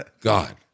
god